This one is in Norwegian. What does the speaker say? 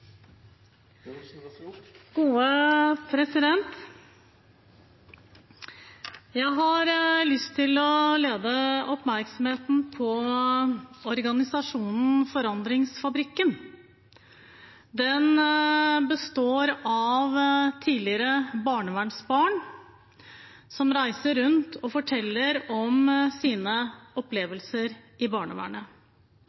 Jeg har lyst til å lede oppmerksomheten til organisasjonen Forandringsfabrikken. Den består av tidligere barnevernsbarn, som reiser rundt og forteller om sine